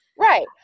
Right